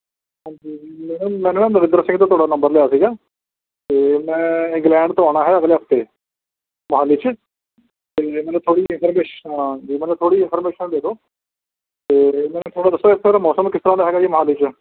ਹਾਂਜੀ ਮੈਡਮ ਮੈਂ ਨਾ ਨਰਿੰਦਰ ਸਿੰਘ ਜੀ ਤੋਂ ਤੁਹਾਡਾ ਨੰਬਰ ਲਿਆ ਸੀ ਅਤੇ ਮੈਂ ਇੰਗਲੈਂਡ ਤੋਂ ਆਉਣਾ ਹੈ ਅਗਲੇ ਹਫ਼ਤੇ ਮੋਹਾਲੀ 'ਚ ਅਤੇ ਮੈਨੂੰ ਥੋੜ੍ਹੀ ਜਿਹੀ ਇੰਨਫ਼ਾਰਮੇਸ਼ ਹਾਂਜੀ ਮੈਨੂੰ ਥੋੜ੍ਹੀ ਜਿਹੀ ਇੰਨਫ਼ਾਰਮੇਸ਼ਨ ਦੇ ਦਿਉ ਅਤੇ ਮੈਨੂੰ ਥੋੜ੍ਹਾ ਦੱਸੋ ਇੱਥੋਂ ਦਾ ਮੌਸਮ ਕਿਸ ਤਰ੍ਹਾਂ ਦਾ ਹੈ ਜੀ ਮੋਹਾਲੀ 'ਚ